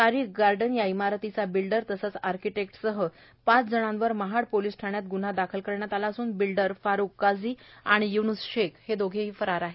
तारीक garden या इमारतीचा builder तसंच अर्किटेक्टसह पाच जणांवर महाड पोलीस ठाण्यात ग्न्हा दाखल केला असून बिल्डर फारुक काझी आणि य्न्स शेख दोघंही फरार आहे